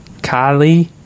Kylie